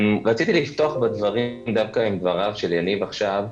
רציתי לפתוח בדברים דווקא עם דבריו של יניב עכשיו,